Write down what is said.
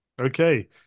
Okay